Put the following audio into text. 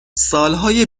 سالهای